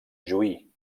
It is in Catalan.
juí